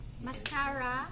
mascara